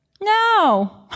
No